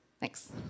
Thanks